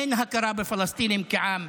אין הכרה בפלסטינים כעם.